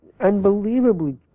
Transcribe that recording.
unbelievably